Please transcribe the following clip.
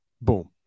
Boom